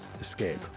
escape